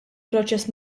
proċess